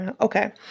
okay